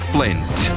Flint